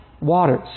waters